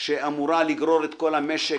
שאמורה לגרור את כל המשק,